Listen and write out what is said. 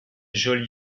jolie